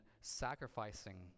sacrificing